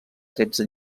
tretze